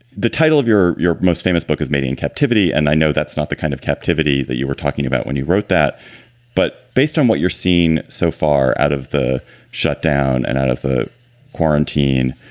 the title of your your most famous book is made in captivity. and i know that's not the kind of captivity that you were talking about when you wrote that but based on what you're seeing so far out of the shut down and out of the quarantine,